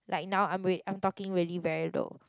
like now I'm wait I'm talking really very low